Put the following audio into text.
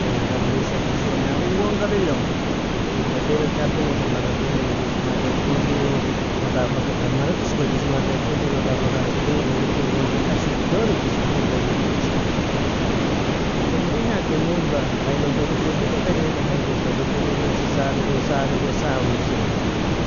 Eyo gabli se sena uwon gabilo, nidn odelog tabdengosa maratainga jus, marre kon ju nadfaga marra tosko jus marre kon ju nadafag awesi dorn util gon ju hashis, dorin tosktitil gon ju dukisi. A demrin agje mujba ailon bedrido juke bedrido hajzosa dukedil nosi saalogo, saalogo, saa uu nosilogo